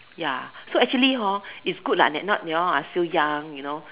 ya so actually hor it's good lah they not you all are still young you know